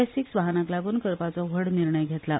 S six वाहानांक लागू करपाचो व्हड निर्णय घेतला